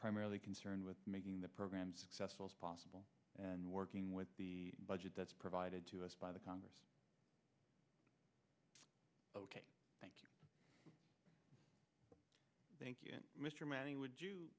primarily concerned with making the program successful as possible and working with the budget that's provided to us by the congress ok thank you thank you mr manning would you